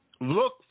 look